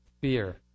Fear